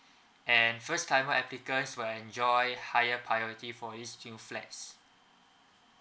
and first timer applicants will enjoy higher priority for these two flats